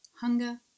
hunger